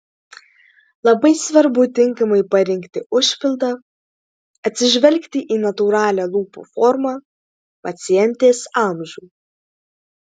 labai svarbu tinkamai parinkti užpildą atsižvelgti į natūralią lūpų formą pacientės amžių